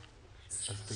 רוי רז.